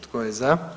Tko je za?